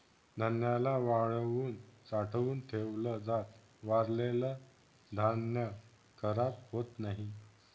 धान्याला वाळवून साठवून ठेवल जात, वाळलेल धान्य खराब होत नाही